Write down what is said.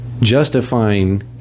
justifying